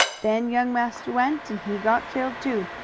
then young massa went, and he got killed, too.